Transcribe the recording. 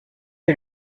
est